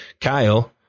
Kyle